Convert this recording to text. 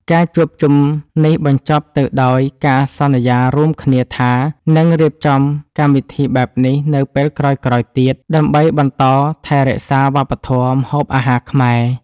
ការជួបជុំនេះបញ្ចប់ទៅដោយការសន្យារួមគ្នាថានឹងរៀបចំកម្មវិធីបែបនេះនៅពេលក្រោយៗទៀត ដើម្បីបន្តថែរក្សាវប្បធម៌ម្ហូបអាហារខ្មែរ។